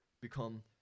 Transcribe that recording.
become